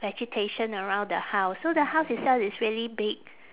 vegetation around the house so the house itself is really big